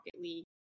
League